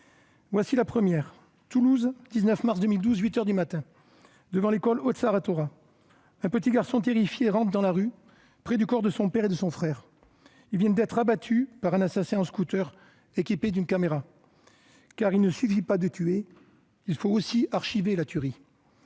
Voici la première : Toulouse, 19 mars 2012, huit heures du matin, devant l'école Ozar Hatorah, un petit garçon terrifié rampe dans la rue près du corps de son père et de son frère. Ils viennent d'être abattus par un assassin en scooter équipé d'une caméra. Car il ne suffit pas de tuer, il faut aussi archiver la tuerie,